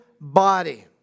body